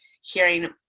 hearing